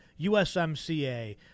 USMCA